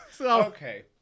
Okay